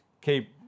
keep